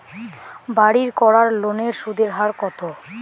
বাড়ির করার লোনের সুদের হার কত?